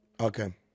Okay